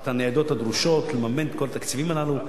את הניידות הדרושות, לממן את כל התקציבים הללו.